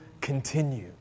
continue